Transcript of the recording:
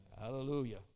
hallelujah